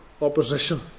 Opposition